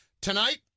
Tonight